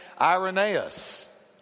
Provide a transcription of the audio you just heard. Irenaeus